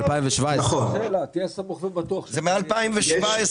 זה מ-2017.